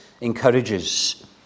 encourages